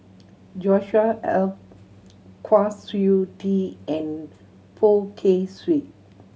Joshua Kwa Siew Tee and Poh Kay Swee